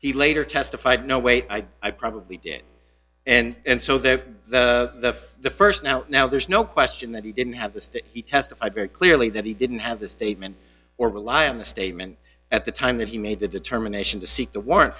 he later testified no wait i i probably did and so they're the st now now there's no question that he didn't have the stick he testified very clearly that he didn't have the statement or rely on the statement at the time that he made the determination to seek the warrant